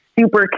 super